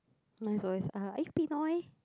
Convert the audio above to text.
mine is also uh are you Pinoy